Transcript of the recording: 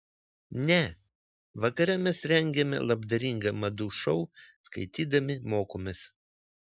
ne vakare mes rengiame labdaringą madų šou skaitydami mokomės